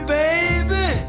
baby